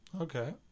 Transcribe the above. Okay